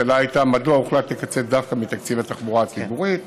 השאלה הייתה: 1. מדוע הוחלט לקצץ דווקא מתקציב התחבורה הציבורית?